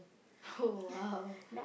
oh !wow!